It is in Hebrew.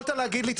אתה יכול להגיד לי,